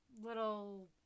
little